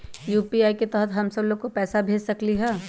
UPI के तहद हम सब लोग को पैसा भेज सकली ह?